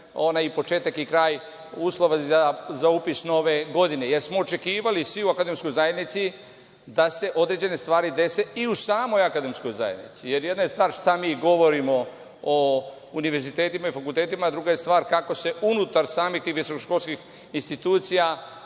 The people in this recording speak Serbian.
onaj početak i kraj uslova za upis nove godine. Svi u akademskoj zajednici smo očekivali da se određene stvari dese i u samoj akademskoj zajednici, jer jedna je stvar šta mi govorimo o univerzitetima i fakultetima, a druga je stvar kako se unutar samih tih visokoškolskih institucija,